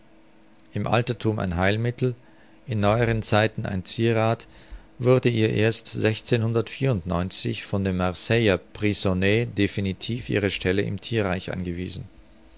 im alterthum ein heilmittel in neueren zeiten ein zierrath wurde ihr erst von dem marseiller prysonnet definitiv ihre stelle im thierreich angewiesen